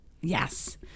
Yes